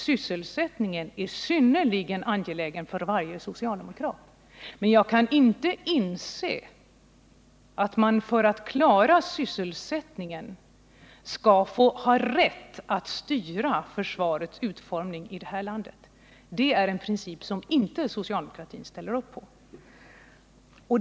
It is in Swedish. Sysselsättningen är synnerligen angelägen för varje socialdemokrat, men jag kan inte inse att man för att klara sysselsättningen också skall ha rätt att styra försvarets utformning i det här landet. Det är en princip som socialdemokratin inte accepterar.